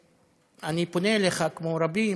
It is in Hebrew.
אני פונה אליך, כמו רבים: